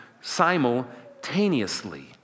simultaneously